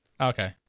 Okay